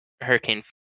hurricane